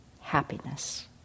happiness